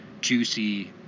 juicy